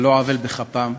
על לא עוול בכפם.